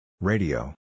Radio